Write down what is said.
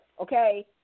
okay